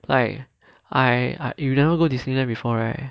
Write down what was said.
like I I you never go disneyland before right